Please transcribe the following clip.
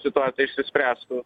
situacija išsispręstų